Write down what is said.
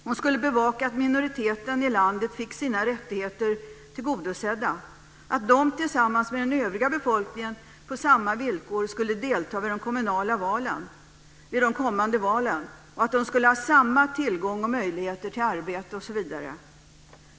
Hon skulle bevaka att minoriteten i landet fick sina rättigheter tillgodosedda och att den tillsammans med den övriga befolkningen på samma villkor skulle delta vid de kommande valen, att den skulle ha samma tillgång och möjlighet till arbete osv.